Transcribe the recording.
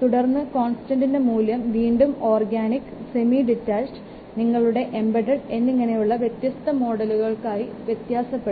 തുടർന്നു കോൺസ്റ്റൻറിൻറെ മൂല്യം വീണ്ടും ഓർഗാനിക് സെമിഡിറ്റാച്ചഡ് നിങ്ങളുടെ എംബെഡെഡ് എന്നിങ്ങനെയുള്ള വ്യത്യസ്ത മോഡുകൾക്കായി വ്യത്യാസപ്പെടും